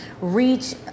reach